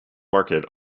market